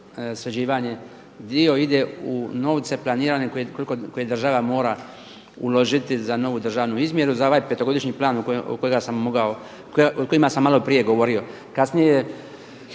sređivanje, dio ide u novce planirane koje država mora uložiti za novu državnu izmjeru. Za ovaj petogodišnji plan o kojima sam malo prije govorio,